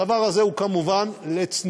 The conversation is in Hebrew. הדבר הזה הוא כמובן לצנינים